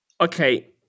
Okay